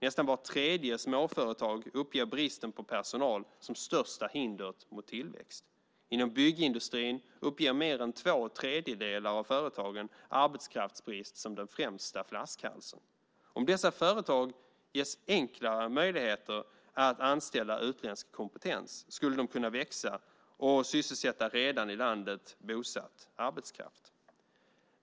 Nästan vart tredje småföretag uppger bristen på personal som största hindret mot tillväxt. Inom byggindustrin uppger mer än två tredjedelar av företagen arbetskraftsbrist som den främsta flaskhalsen. Om dessa företag ges möjlighet att enklare anställa utländsk kompetens skulle de kunna växa och sysselsätta arbetskraft som redan är bosatt i landet.